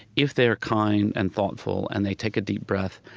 if they're kind and thoughtful and they take a deep breath,